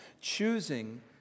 choosing